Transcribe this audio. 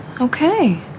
Okay